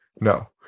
no